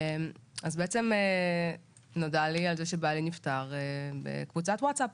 אז בעצם נודע לי על זה שבעלי נפטר בקבוצת ווטסאפ.